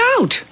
out